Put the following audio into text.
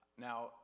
Now